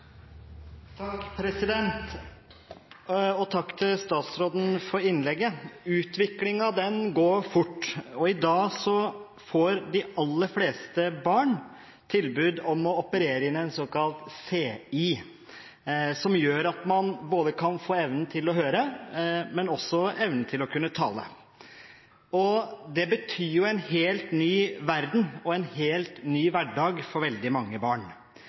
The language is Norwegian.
Takk til statsråden for innlegget. Utviklingen går fort. I dag får de aller fleste barn tilbud om å operere inn en såkalt CI, som gjør at man kan få både evne til å høre og også evne til å tale. Det betyr en helt ny verden og en helt ny hverdag for veldig mange barn,